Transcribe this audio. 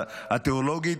התיאולוגית,